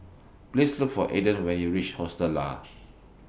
Please Look For Aaden when YOU REACH Hostel Lah